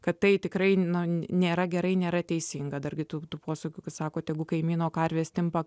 kad tai tikrai nėra gerai nėra teisinga dar kitų posakiu kad sako tegu kaimyno karvė stimpa